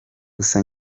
gusa